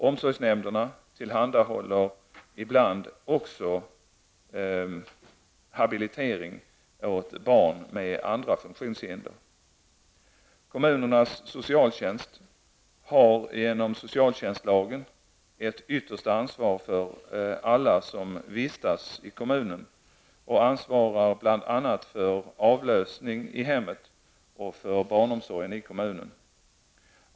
Omsorgsnämnderna tillhandahåller ibland även habilitering åt barn med andra funktionshinder. Kommunernas socialtjänst har genom socialtjänstlagen ett yttersta ansvar för alla som vistas i kommunen och ansvarar bl.a. för avlösning i hemmet och för barnomsorgen i kommunen.